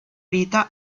vita